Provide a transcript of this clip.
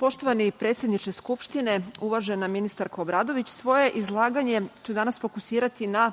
Poštovani predsedniče Skupštine, uvažena ministarko Obradović, svoje izlaganje ću danas fokusirati na